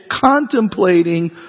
contemplating